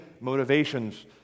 motivations